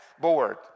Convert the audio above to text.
board